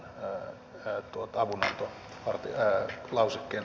arvoisa herra puhemies